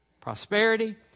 prosperity